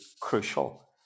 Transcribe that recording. crucial